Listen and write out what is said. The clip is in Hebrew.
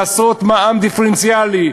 לעשות מע"מ דיפרנציאלי.